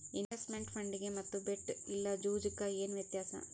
Investment ಫಂಡಿಗೆ ಮತ್ತ bet ಇಲ್ಲಾ ಜೂಜು ಕ ಏನ್ ವ್ಯತ್ಯಾಸವ?